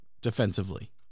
Defensively